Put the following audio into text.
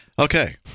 Okay